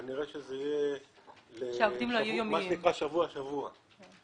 כנראה שזה יהיה שבוע-שבוע -- שהעובדים לא יהיו יומיים.